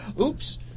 Oops